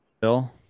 Bill